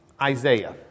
Isaiah